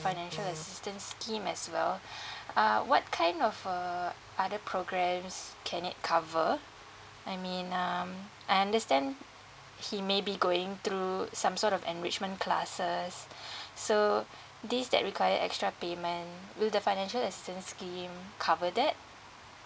financial assistance scheme as well uh what kind of uh other programs can it cover I mean um I understand he maybe going through some sort of enrichment classes so this that required extra payment do the financial assistance scheme cover that